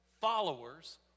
followers